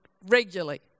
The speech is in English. regularly